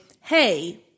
hey